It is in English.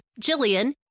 Jillian